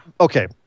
Okay